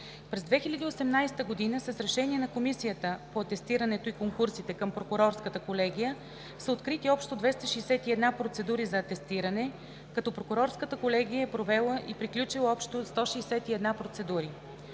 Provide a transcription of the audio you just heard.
През 2018 г. с решение на Комисията по атестирането и конкурсите към Прокурорската колегия са открити общо 261 процедури за атестиране, като Прокурорската колегия е провела и приключила общо 161 процедури.